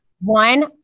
One